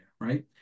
right